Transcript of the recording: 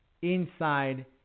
Inside